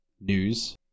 news